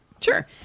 Sure